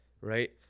right